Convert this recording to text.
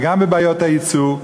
וגם בבעיות היצוא,